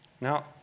Now